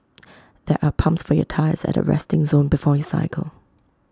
there are pumps for your tyres at the resting zone before you cycle